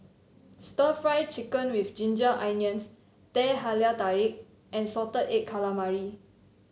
stir Fry Chicken with Ginger Onions Teh Halia Tarik and Salted Egg Calamari